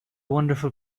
wonderful